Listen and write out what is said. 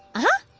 uh-huh